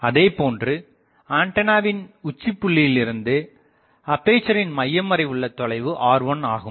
அதேபோன்று ஆண்டனாவின் உச்சி புள்ளியிலிருந்து அப்பேசரின் மையம் வரை உள்ள தொலைவு R1 ஆகும்